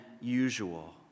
usual